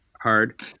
hard